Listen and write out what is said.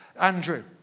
Andrew